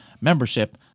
membership